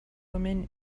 women